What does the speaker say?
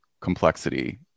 complexity